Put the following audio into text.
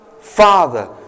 Father